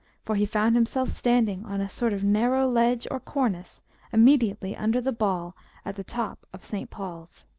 for he found himself standing on a sort of narrow ledge or cornice immediately under the ball at the top of st. paul's.